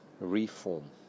reform